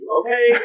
okay